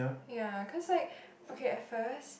ya cause like okay at first